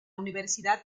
universidad